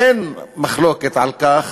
אין מחלוקת על כך